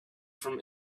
from